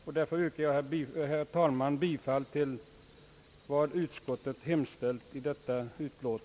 Därför yrkar jag, herr talman, bifall till vad utskottet hemställt.